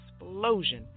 explosion